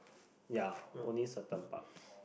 ya only certains but